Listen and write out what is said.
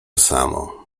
samo